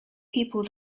people